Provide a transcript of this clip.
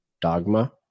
dogma